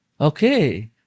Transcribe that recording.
Okay